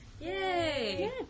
yay